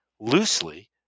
loosely